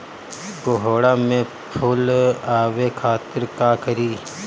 कोहड़ा में फुल आवे खातिर का करी?